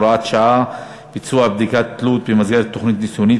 הוראת שעה) (ביצוע בדיקת תלות במסגרת תוכנית ניסיונית),